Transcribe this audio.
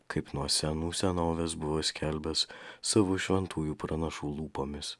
kaip nuo senų senovės buvo skelbęs savo šventųjų pranašų lūpomis